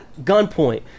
gunpoint